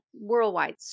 worldwide